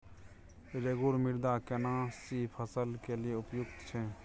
रेगुर मृदा केना सी फसल के लिये उपयुक्त छै?